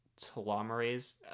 telomerase